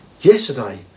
yesterday